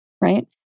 right